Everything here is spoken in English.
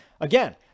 Again